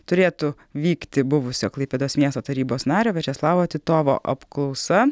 turėtų vykti buvusio klaipėdos miesto tarybos nario viačeslavo titovo apklausa